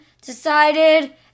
decided